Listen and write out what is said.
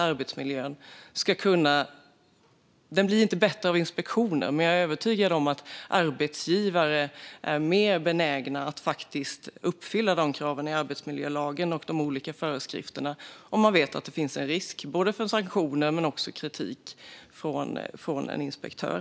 Arbetsmiljön blir inte bättre av inspektioner, men jag är övertygad om att arbetsgivare är mer benägna att uppfylla kraven i arbetsmiljölagen och de olika föreskrifterna om de vet att det finns en risk för sanktioner och kritik från en inspektör.